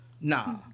Nah